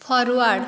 forward